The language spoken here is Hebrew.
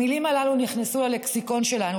המילים הללו נכנסו ללקסיקון שלנו,